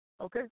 Okay